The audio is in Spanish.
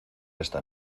esta